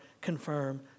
confirm